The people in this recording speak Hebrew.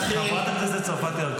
חברת הכנסת צרפתי הרכבי.